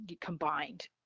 combined